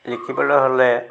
লিখিবলৈ হ'লে